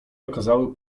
okazały